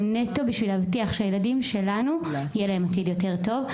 אלא נטו כדי להבטיח שלילדים שלנו יהיה עתיד יותר טוב.